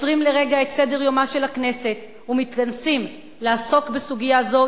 עוצרים לרגע את סדר-יומה של הכנסת ומתכנסים לעסוק בסוגיה זו,